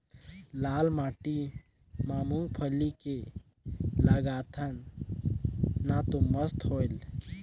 लाल माटी म मुंगफली के लगाथन न तो मस्त होयल?